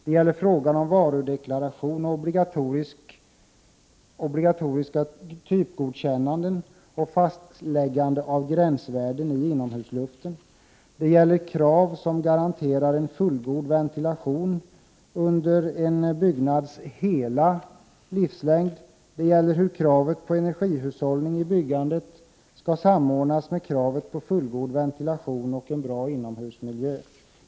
Det gäller frågan om varudeklaration och obligatoriska typgodkännanden och fastläggande av gränsvärden i inomhusluften. Det gäller krav som garanterar en fullgod ventilation under en byggnads hela livslängd. Det gäller hur kravet på energihushållning i byggnader skall samordnas med kravet på fullgod ventilation och en bra inomhusmiljö.